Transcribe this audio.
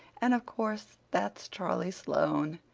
and of course that's charlie sloane.